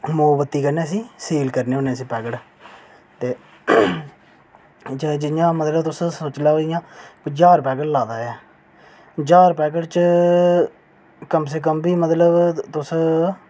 मोमवती कन्नै सील करने होन्ने इसी पैकेट गी ते जि'यां तुस मतलब तुस सोची लैओ जि'यां कोई ज्हार पैकेट लाए दा ऐ ज्हार पैकेट च कम से कम बी तुस मतलब